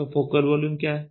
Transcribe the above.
तो focal volume क्या है